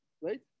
right